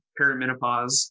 perimenopause